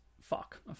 Fuck